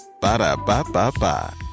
Ba-da-ba-ba-ba